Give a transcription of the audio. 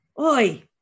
Oi